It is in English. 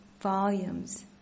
volumes